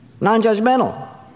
Non-judgmental